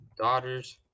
daughters